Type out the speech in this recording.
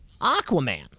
Aquaman